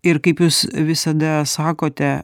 ir kaip jūs visada sakote